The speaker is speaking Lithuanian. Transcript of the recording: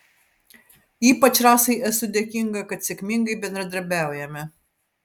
ypač rasai esu dėkinga kad sėkmingai bendradarbiaujame